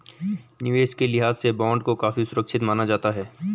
निवेश के लिहाज से बॉन्ड को काफी सुरक्षित माना जाता है